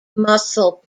muscle